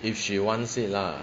if she wants it lah